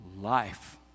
life